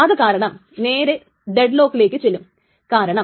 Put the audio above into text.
ഇതിനെ കുറിച്ച് കൂടുതൽ പറയുവാൻ വേണ്ടിയാണെങ്കിൽ നമുക്ക് ഒരു ഉദാഹരണം നോക്കാം